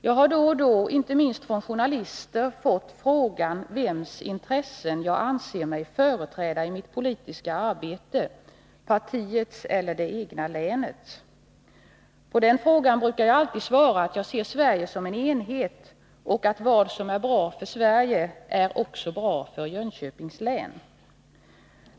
Jag har då och då — inte minst från journalister — fått frågan vems intressen jag anser mig företräda i mitt politiska arbete, partiets eller det egna länets. På den frågan brukar jag alltid svara att jag ser Sverige som en enhet och att vad som är bra för Sverige också är bra för Jönköpings län.